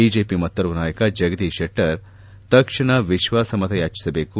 BJP ಮತ್ತೋರ್ವ ನಾಯಕ ಜಗದೀಶ್ ಕೆಟ್ಟರ್ ತಕ್ಷಣ ವಿಶ್ವಾಸಮತ ಯಾಚಿಸಬೇಕು